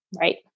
Right